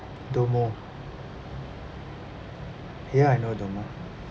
domo ya I know domo